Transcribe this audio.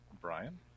Brian